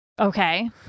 Okay